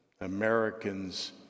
Americans